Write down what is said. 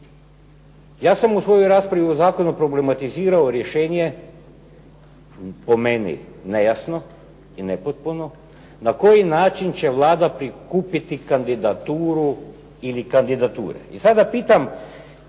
Ja sam u svojoj raspravi o zakonu problematizirao rješenje, po meni nejasno i nepotpuno, na koji način će Vlada prikupiti kandidaturu ili kandidature.